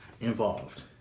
involved